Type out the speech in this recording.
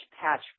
Patch